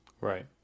right